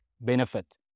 benefit